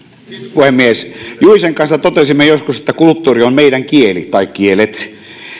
puhemies juicen kanssa totesimme joskus että kulttuuri on meidän kieli tai kielet